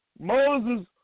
Moses